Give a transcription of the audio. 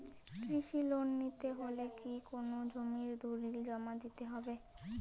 কৃষি লোন নিতে হলে কি কোনো জমির দলিল জমা দিতে হবে?